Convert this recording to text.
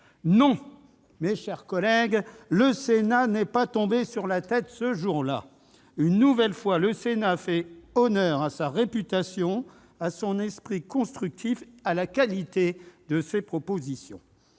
bon sens. Non, le Sénat n'est pas tombé sur la tête ce jour-là ! Une nouvelle fois, il a fait honneur à sa réputation, à son esprit constructif et à la qualité de ses propositions.